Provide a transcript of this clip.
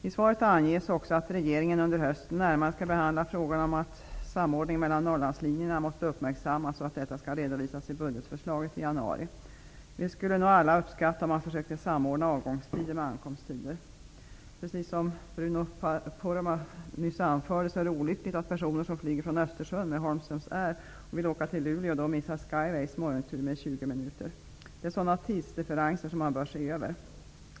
I svaret anges också att regeringen under hösten närmare skall behandla frågorna om att samordning mellan Norrlandslinjerna måste uppmärksammas och att detta skall redovisas i budgetförslaget i januari. Vi skulle nog alla uppskatta om man försökte samordna avgångstider med ankomsttider. Som Bruno Poromaa nyss anförde är det i dag olyckligt att personer som flyger från Östersund med Holmström Air och vill åka till Luleå missar Skyways morgontur med 20 Det är sådana tidsdifferenser som man bör se över.